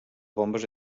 bombes